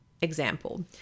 example